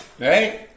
Right